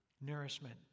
nourishment